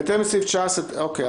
אוקיי?